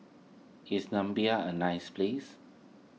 is Namibia a nice place